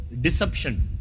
deception